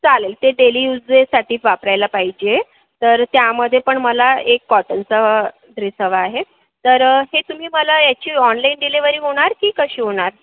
चालेल ते डेली यूजेससाठी वापरायला पाहिजे तर त्यामध्ये पण मला एक कॉटनचा ड्रेस हवा आहे तर हे तुम्ही मला याची ऑनलाईन डिलिव्हरी होणार की कशी होणार